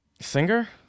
singer